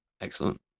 excellent